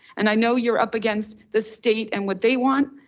and i know you're up against the state and what they want,